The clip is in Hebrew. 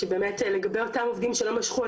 שבאמת לגבי אותם עובדים שלא משכו,